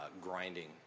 grinding